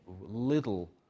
little